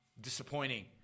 disappointing